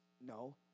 No